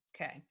Okay